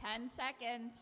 ten seconds